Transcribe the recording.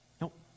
Nope